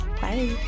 Bye